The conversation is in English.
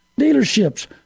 dealerships